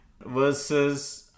versus